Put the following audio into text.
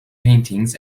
paintings